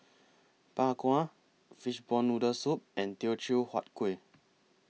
Bak Kwa Fishball Noodle Soup and Teochew Huat Kueh